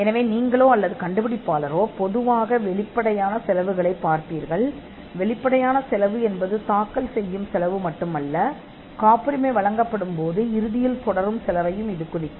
எனவே நீங்களோ அல்லது கண்டுபிடிப்பாளரோ பொதுவாக வெளிப்படையான செலவைப் பார்ப்பீர்கள் மற்றும் வெளிப்படையான செலவு என்பது தாக்கல் செய்யும் செலவு மட்டுமல்ல ஆனால் காப்புரிமை வழங்கப்படும்போது இறுதியில் தொடரும் செலவையும் இது குறிக்கும்